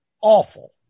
awful